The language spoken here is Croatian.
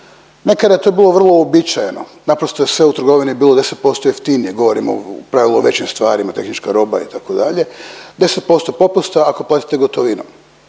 Nekad je to bilo vrlo uobičajeno naprosto je sve u trgovini bili 10% jeftinije, govorim u pravilu o većim stvarima tehnička roba itd., 10% popusta ako platite gotovinom.